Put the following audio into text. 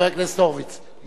מאפיות קונות קמח.